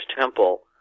Temple